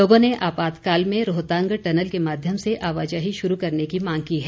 लोगों ने आपातकाल में रोहतांग टनल के माध्यम से आवाजाही शुरू करने की मांग की है